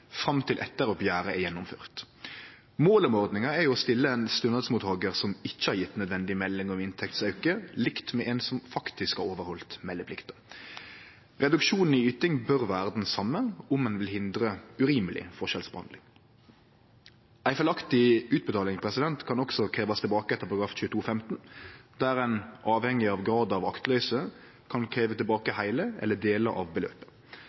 fram til etteroppgjeret er gjennomført. Målet med ordninga er å stille ein stønadsmottakar som ikkje har gjeve nødvendig melding om inntektsauke, likt med ein som faktisk har overhalde meldeplikta. Reduksjonen i yting bør vere den same, om ein vil hindre urimeleg forskjellsbehandling. Ei feilaktig utbetaling kan også krevjast tilbake etter folketrygdlova § 22-15, der ein – avhengig av graden av aktløyse – kan krevje tilbake heile eller delar av beløpet.